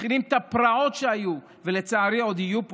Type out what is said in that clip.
מכילים את הפרעות שהיו ולצערי עוד יהיו פה,